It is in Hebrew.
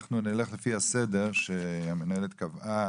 אנחנו נלך לפי הסדר שהמנהלת קבעה.